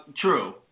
True